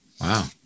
Wow